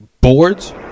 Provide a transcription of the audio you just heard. boards